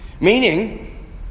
Meaning